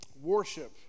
Worship